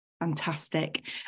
Fantastic